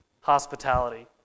hospitality